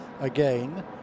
again